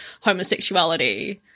homosexuality